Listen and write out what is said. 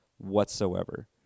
whatsoever